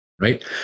Right